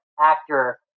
actor